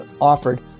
offered